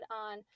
on